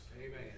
Amen